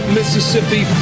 Mississippi